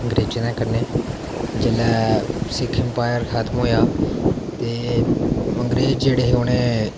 अंग्रेजें दे कन्नै जेल्लै सिक्ख अम्पायर खत्म होआ ते अंग्रेज़ हे जेह्ड़े